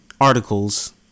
articles